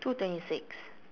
two twenty six